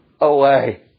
away